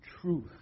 truth